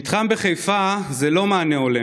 המתחם בחיפה זה לא מענה הולם.